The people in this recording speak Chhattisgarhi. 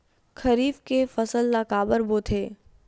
खरीफ के फसल ला काबर बोथे?